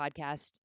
podcast